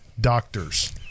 doctors